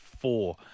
four